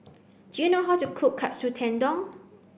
do you know how to cook Katsu Tendon